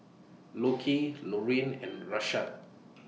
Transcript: Lockie Laurine and Rashad